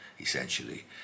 essentially